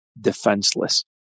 defenseless